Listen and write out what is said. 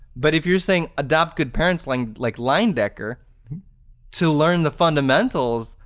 but if you're saying adopt good parents like like leyendecker to learn the fundamentals,